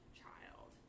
child